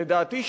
לדעתי,